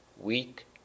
weak